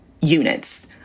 units